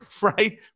Right